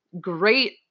great